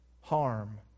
harm